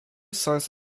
source